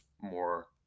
more